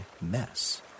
mess